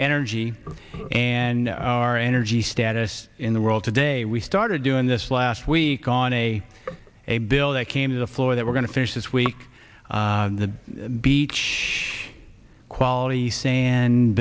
energy and our energy status in the world today we started doing this last week on a a bill that came to the floor that we're going to finish this week the beach quality sa